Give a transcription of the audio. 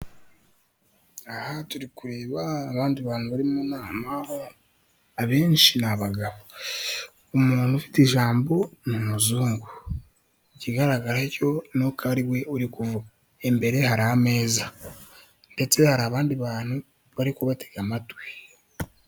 Aha turi kureba abandi bantu bari mu nama abenshi ni abagabo, umuntu ufite ijambo ni umuzungu, ikigaragara cyo ni uko ari we uri kuvuga, imbere hari ameza, ndetse hari abandi bantu bari kubatega amatwi.